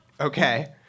Okay